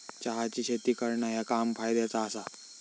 चहाची शेती करणा ह्या काम फायद्याचा आसा